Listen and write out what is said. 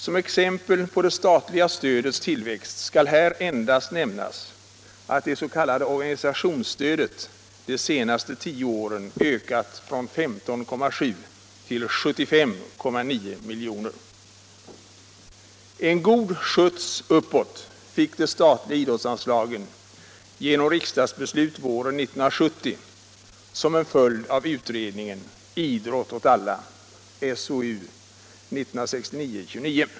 Som exempel på det statliga stödets tillväxt skall här endast nämnas att det s.k. organisationsstödet de senaste tio åren ökat från 15,7 till 75,9 milj.kr. En god skjuts uppåt fick de statliga idrottsanslagen genom riksdagsbeslut våren 1970 som en följd av utredningen Idrott åt alla, SOU 1969:29.